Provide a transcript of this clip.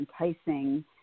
enticing